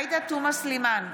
עאידה תומא סלימאן,